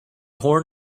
horn